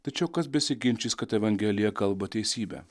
tačiau kas besiginčys kad evangelija kalba teisybę